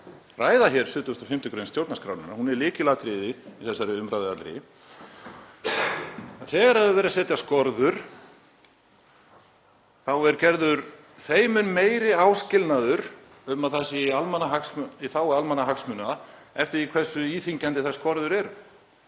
ræða hér 75. gr. stjórnarskrárinnar. Hún er lykilatriði í þessari umræðu allri. Þegar verið er að setja skorður þá er gerður þeim mun meiri áskilnaður um að það sé í þágu almannahagsmuna eftir því hversu íþyngjandi þær skorður eru.